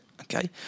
okay